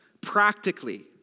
practically